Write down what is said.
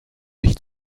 nicht